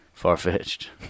far-fetched